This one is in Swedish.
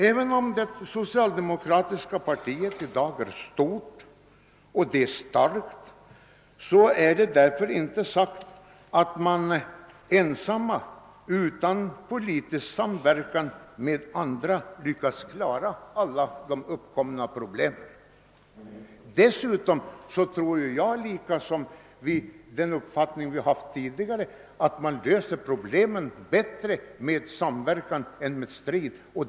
Även om det socialdemokratiska partiet i dag är stort och starkt, är det därför inte sagt att det ensamt, utan politisk samverkan med andra, lyckas klara alla problem som uppkommer. Dessutom tror jag nu som tidigare att man löser problemen bättre med samverkan än med strid.